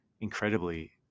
incredibly